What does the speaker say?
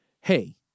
hey